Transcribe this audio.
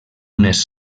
unes